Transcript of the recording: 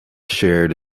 shared